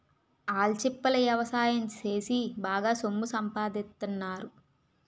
ఆల్చిప్పల ఎవసాయం సేసి బాగా సొమ్ము సంపాదిత్తన్నారు